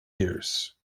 years